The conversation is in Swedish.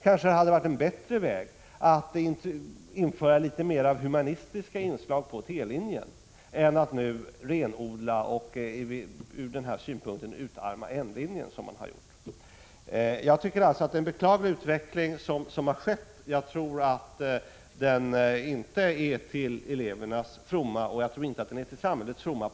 Kanske hade det varit en bättre väg att införa litet mera av humanistiska inslag på T-linjen än att renodla och, från den här synpunkten, utarma N-linjen, som man nu har gjort. Jag tycker alltså att utvecklingen är beklaglig och tror att den inte är till elevernas fromma och på lång sikt inte heller till samhällets fromma.